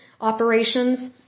operations